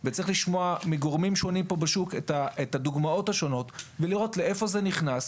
לשמוע מגורמים שונים בשוק את הדוגמאות השונות ולראות לאיפה זה נכנס,